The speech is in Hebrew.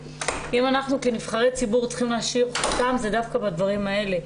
אם אנחנו כנבחרי ציבור צריכים להשאיר חותם זה דווקא בדברים האלה.